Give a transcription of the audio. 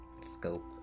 scope